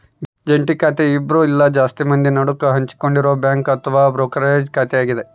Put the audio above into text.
ಜಂಟಿ ಖಾತೆ ಇಬ್ರು ಇಲ್ಲ ಜಾಸ್ತಿ ಮಂದಿ ನಡುಕ ಹಂಚಿಕೊಂಡಿರೊ ಬ್ಯಾಂಕ್ ಅಥವಾ ಬ್ರೋಕರೇಜ್ ಖಾತೆಯಾಗತೆ